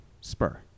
Spur